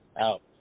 out